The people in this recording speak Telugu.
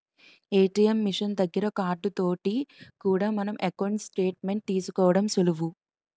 ఏ.టి.ఎం మిషన్ దగ్గర కార్డు తోటి కూడా మన ఎకౌంటు స్టేట్ మెంట్ తీసుకోవడం సులువు